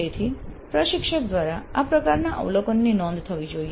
તેથી પ્રશિક્ષક દ્વારા આ પ્રકારના અવલોકનની નોંધ થવી જોઈએ